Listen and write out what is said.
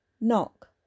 knock